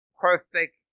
perfect